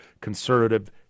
conservative